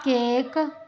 cake